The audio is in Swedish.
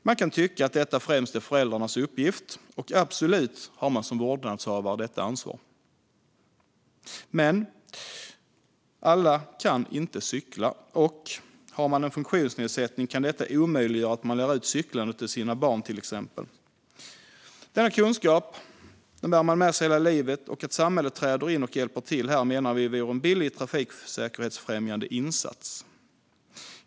Man kan tycka att detta främst är föräldrarnas uppgift, och absolut har vårdnadshavare detta ansvar. Men alla kan inte cykla, och om man till exempel har en funktionsnedsättning kan detta omöjliggöra att man lär ut cyklande till sina barn. Denna kunskap bär man med sig hela livet, och att samhället träder in och hjälper till här menar vi vore en billig trafiksäkerhetsfrämjande insats.